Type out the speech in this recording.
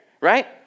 right